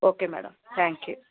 okay madam thank you